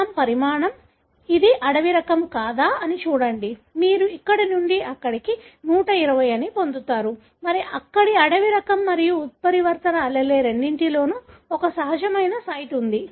శకలం పరిమాణం ఇది అడవి రకం కాదా అని చూడండి మీరు ఇక్కడ నుండి ఇక్కడకు 120 అని పొందుతారు మరియు ఇక్కడ అడవి రకం మరియు ఉత్పరివర్తన allele రెండింటిలోనూ ఒక సహజమైన సైట్ ఉంది